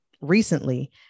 recently